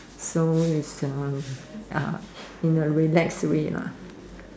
so is uh uh in a relax way lah